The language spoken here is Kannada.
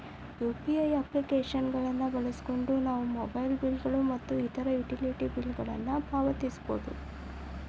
ಯು.ಪಿ.ಐ ಅಪ್ಲಿಕೇಶನ್ ಗಳನ್ನು ಬಳಸಿಕೊಂಡು ನಾವು ಮೊಬೈಲ್ ಬಿಲ್ ಗಳು ಮತ್ತು ಇತರ ಯುಟಿಲಿಟಿ ಬಿಲ್ ಗಳನ್ನು ಪಾವತಿಸಬಹುದು